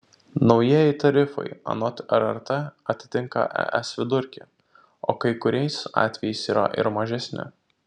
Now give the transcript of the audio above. naujieji tarifai anot rrt atitinka es vidurkį o kai kuriais atvejais yra ir mažesni